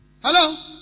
Hello